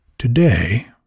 Today